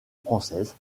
française